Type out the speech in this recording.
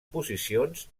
posicions